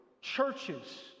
churches